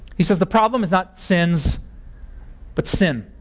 he says, the problem is not sins but sin.